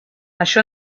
això